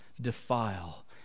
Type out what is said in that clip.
defile